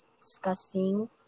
discussing